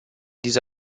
diese